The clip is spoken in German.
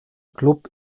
klub